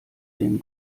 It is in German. den